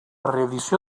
reedició